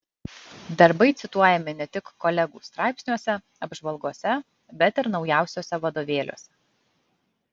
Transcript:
darbai cituojami ne tik kolegų straipsniuose apžvalgose bet ir naujausiuose vadovėliuose